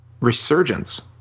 resurgence